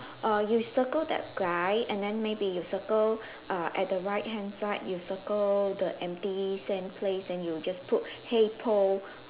err you circle that guy and then maybe you circle err at the right hand side you circle the empty same place then you just put hey Paul